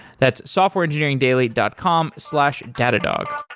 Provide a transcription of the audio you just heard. that's softwareengineeringdaily dot com slash datadog.